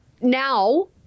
now